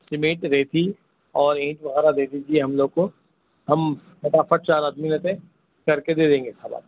cement ریتی اور اینٹ وغیرہ دے دیجیے ہم لوگ کو ہم پھٹاپھٹ چار آدمی رہتے کر کے دے دیں گے صاحب آپ کو